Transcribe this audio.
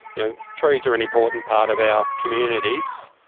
you know trees are an important part of our communities,